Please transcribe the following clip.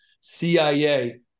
CIA